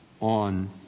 on